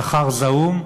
שכר זעום,